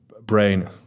brain